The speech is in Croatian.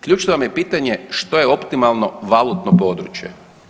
Ključno vam je pitanje što je optimalno valutno područje.